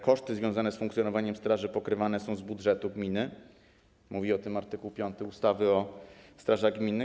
Koszty związane z funkcjonowaniem straży pokrywane są z budżetu gminy, mówi o tym art. 5 ustawy o strażach gminnych.